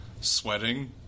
sweating